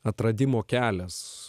atradimo kelias